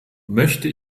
möchte